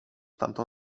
tamtą